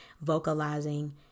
vocalizing